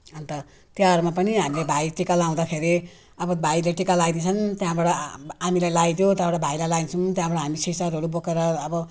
अन्त तिहारमा पनि हामीले भाइटिका लगाउँदाखेरि अब भाइले टिका लगाइदिन्छन् त्यहाँबाट हामीलाई लगाइदियो त्यहाँबाट भाइलाई लगाइदिन्छौँ त्यहाँबाट हामी सिसारहरू बोकेर अब